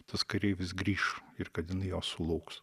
tas kareivis grįš ir kad jinai jo sulauks